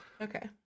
Okay